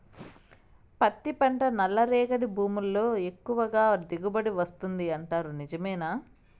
పత్తి పంట నల్లరేగడి భూముల్లో ఎక్కువగా దిగుబడి వస్తుంది అంటారు నిజమేనా